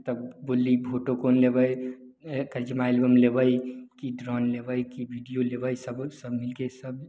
तब बोलली फोटो कोन लेबइ इहे कस्टमाइज अलबम लेबय की ड्रोन लेबय की वीडियो लेबय सब सब मिलके सब